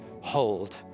hold